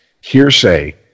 hearsay